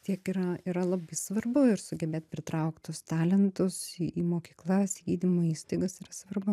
tiek yra yra labai svarbu ir sugebėt pritraukt tuos talentus į į mokyklas į gydymo įstaigas yra svarbu